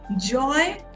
Joy